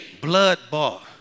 blood-bought